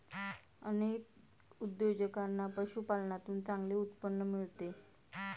अनेक उद्योजकांना पशुपालनातून चांगले उत्पन्न मिळते